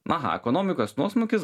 aha ekonomikos nuosmukis